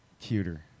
cuter